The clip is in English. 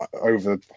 over